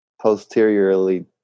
posteriorly